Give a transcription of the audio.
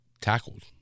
tackled